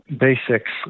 Basics